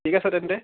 ঠিক আছে তেন্তে